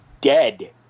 dead